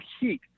heat